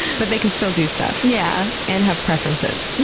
but they can still do stuff. yeah. and have preferences,